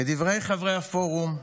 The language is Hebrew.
כדברי חברי הפורום,